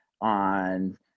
on